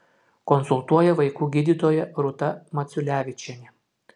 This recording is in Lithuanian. konsultuoja vaikų gydytoja rūta maciulevičienė